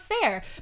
fair